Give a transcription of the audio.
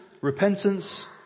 repentance